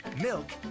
milk